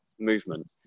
movement